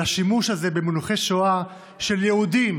השימוש הזה במונחי שואה של יהודים